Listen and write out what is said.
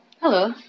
Hello